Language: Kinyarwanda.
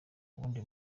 ubundi